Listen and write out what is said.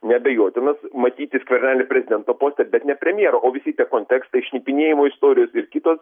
neabejotinas matyti skvernelį prezidento poste bet ne premjero o visi tie kontekstai šnipinėjimo istorijos ir kitos